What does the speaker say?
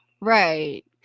Right